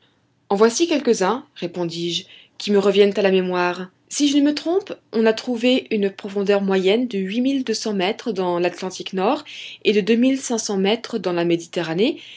en voici quelques-uns répondis-je qui me reviennent à la mémoire si je ne me trompe on a trouvé une profondeur moyenne de huit mille deux cents mètres dans l'atlantique nord et de deux mille cinq cents mètres dans la méditerranée